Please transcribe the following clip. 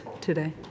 today